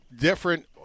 different